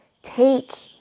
Take